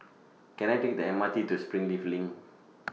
Can I Take The MRT to Springleaf LINK